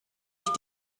ich